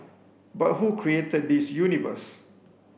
but who created this universe